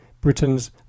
Britain's